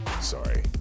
sorry